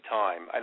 time